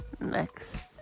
next